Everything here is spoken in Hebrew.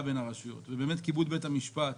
בין הרשויות ובאמת כיבוד בית המשפט